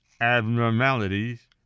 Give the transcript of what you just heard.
abnormalities